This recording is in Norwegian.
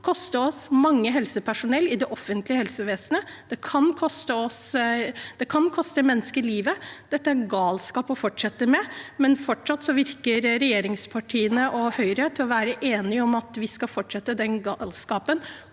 kan koste oss mye helsepersonell i det offentlige helsevesenet. Det kan koste mennesker livet. Dette er galskap å fortsette med, men fortsatt virker regjeringspartiene og Høyre å være enige om at vi skal fortsette denne galskapen,